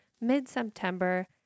mid-September